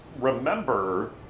remember